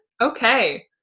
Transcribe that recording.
Okay